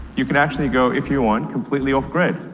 you can actually go, if you want, completely off-grid.